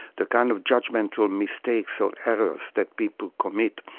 the kind of judgemental mistakes or errors that people commit,